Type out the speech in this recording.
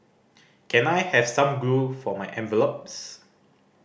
can I have some glue for my envelopes